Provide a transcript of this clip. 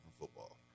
football